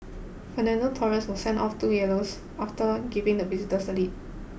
Fernando Torres was sent off two yellows after giving the visitors the lead